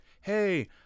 Hey